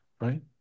right